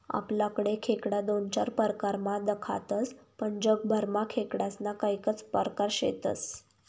आपलाकडे खेकडा दोन चार परकारमा दखातस पण जगभरमा खेकडास्ना कैकज परकार शेतस